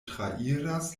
trairas